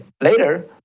later